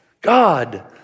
God